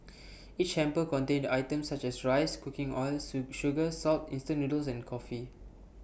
each hamper contained items such as rice cooking oil sugar salt instant noodles and coffee